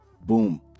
boom